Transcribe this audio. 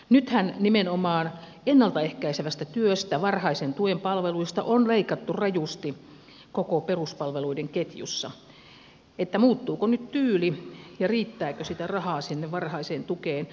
nythän nimenomaan ennalta ehkäisevästä työstä varhaisen tuen palveluista on leikattu rajusti koko peruspalveluiden ketjussa niin että muuttuuko nyt tyyli ja riittääkö sitä rahaa sinne varhaiseen tukeen